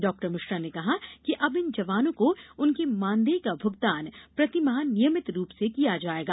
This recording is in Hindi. डॉक्टर मिश्रा ने कहा कि अब इन जवानों को उनके मानदेय का भूगतान प्रतिमाह नियमित रूप से किया जायेगा